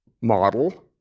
model